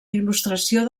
il·lustració